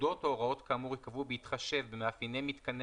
פקודות או הוראות כאמור ייקבעו בהתחשב במאפייני מיתקני